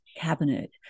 cabinet